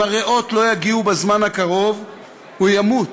אם הריאות לא יגיעו בזמן הקרוב הוא ימות.